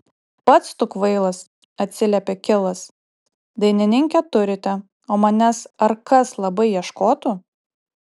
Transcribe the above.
pats tu kvailas atsiliepė kilas dainininkę turite o manęs ar kas labai ieškotų